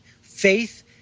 Faith